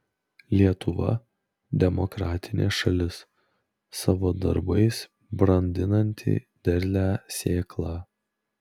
lietuva demokratinė šalis savo darbais brandinanti derlią sėklą